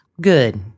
Good